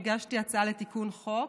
והגשתי הצעה לתיקון החוק.